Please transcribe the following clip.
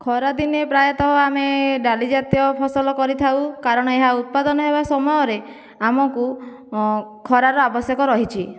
ଖରାଦିନେ ପ୍ରାୟତଃ ଆମେ ଡାଲି ଜାତୀୟ ଫସଲ କରିଥାଉ କାରଣ ଏହା ଉତ୍ପାଦନ ହେବା ସମୟରେ ଆମକୁ ଖରାର ଆବଶ୍ୟକ ରହିଛି